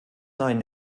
einen